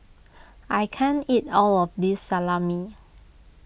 I can't eat all of this Salami